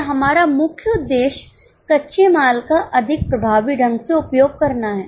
और हमारा मुख्य उद्देश्य कच्चे माल का अधिक प्रभावी ढंग से उपयोग करना है